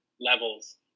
levels